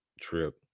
trip